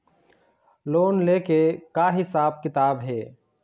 Loan ले के का हिसाब किताब हे?